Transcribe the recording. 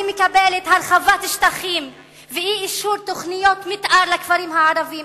אני מקבלת אי-הרחבת שטחים ואי-אישור תוכניות מיתאר לכפרים הערביים,